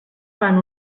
fan